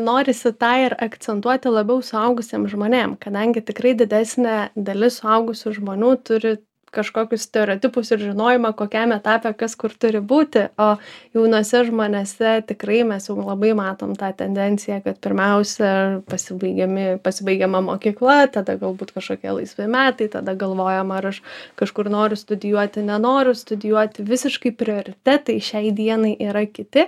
norisi tą ir akcentuoti labiau suaugusiem žmonėm kadangi tikrai didesnė dalis suaugusių žmonių turi kažkokius stereotipus ir žinojimą kokiam etape kas kur turi būti o jaunuose žmonėse tikrai mes labai matom tą tendenciją kad pirmiausia pasibaigiami pasibaigiama mokykla tada galbūt kažkokie laisvi metai tada galvojama ar aš kažkur noriu studijuoti nenoriu studijuoti visiškai prioritetai šiai dienai yra kiti